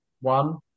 One